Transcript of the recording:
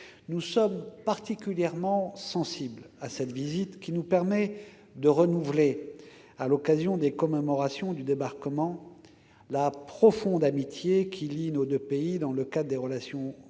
Nous sommes particulièrement sensibles à cette visite qui nous permet de renouveler, à l'occasion des commémorations du débarquement, la profonde amitié qui lie nos deux pays, dans le cadre des relations anciennes